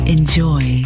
Enjoy